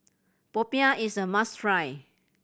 popiah is a must try